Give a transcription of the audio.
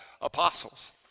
apostles